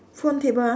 phone table ah